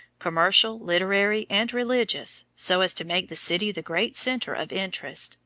commercial, literary, and religious, so as to make the city the great center of interest,